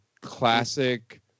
classic